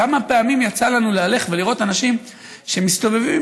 כמה פעמים יצא לנו לראות אנשים שמסתובבים עם